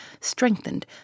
strengthened